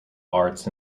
arts